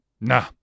nah